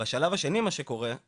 בשלב השני מה שקורה הוא